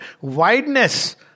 wideness